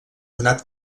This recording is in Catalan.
donat